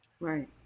right